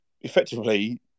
effectively